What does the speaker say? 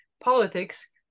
politics